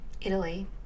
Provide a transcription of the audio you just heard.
Italy